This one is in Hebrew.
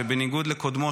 שבניגוד לקודמו,